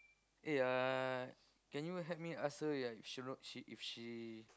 eh uh can you help me ask her right if she know she if she